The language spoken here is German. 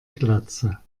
glatze